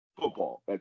football